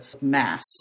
mass